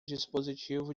dispositivo